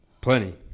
Plenty